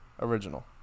Original